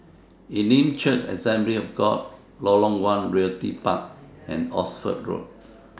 Elim Church Assembly of God Lorong one Realty Park and Oxford Road